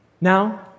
Now